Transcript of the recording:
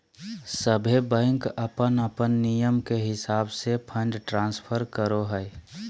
सभे बैंक अपन अपन नियम के हिसाब से फंड ट्रांस्फर करो हय